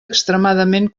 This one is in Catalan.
extremadament